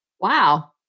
Wow